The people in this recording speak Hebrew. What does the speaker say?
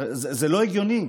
הרי זה לא הגיוני.